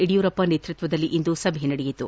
ಯಡಿಯೂರಪ್ಪ ನೇತೃತ್ವದಲ್ಲಿ ಇಂದು ಸಭೆ ನಡೆಯಿತು